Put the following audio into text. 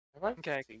Okay